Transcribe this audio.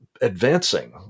advancing